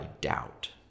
doubt